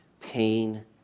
pain